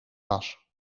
was